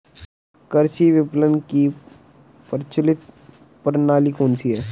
कृषि विपणन की प्रचलित प्रणाली कौन सी है?